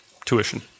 tuition